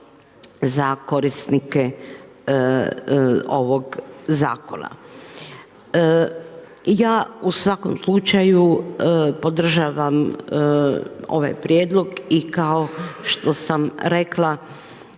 za korisnike ovog zakona. Ja u svakom slučaju podržavam ovaj prijedlog i kao što sam rekla,